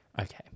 Okay